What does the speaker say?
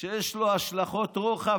שיש לו השלכות רוחב.